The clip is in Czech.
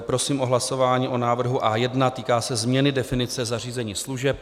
Prosím o hlasování o návrhu A1, týká se změny definice zařízení služeb.